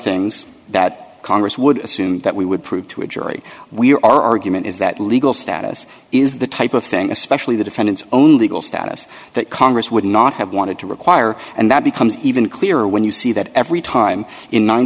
things that congress would assume that we would prove to a jury we're argument is that legal status is the type of thing especially the defendant's own legal status that congress would not have the and to require and that becomes even clearer when you see that every time in nine